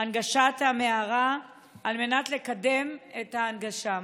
הנגשת המערה כדי לקדם את ההנגשה?